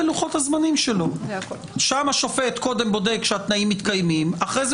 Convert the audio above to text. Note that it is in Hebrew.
הוא בודק את התקיימות